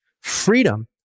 freedom